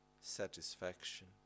satisfaction